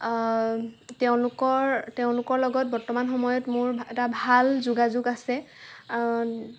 তেওঁলোকৰ তেওঁলোকৰ লগত বৰ্তমান সময়ত মোৰ ভাল এটা ভাল যোগাযোগ আছে